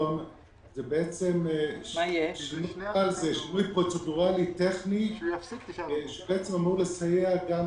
הבקשה שלנו היא שינוי פרוצדורלי טכני בא לסייע גם